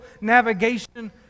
navigation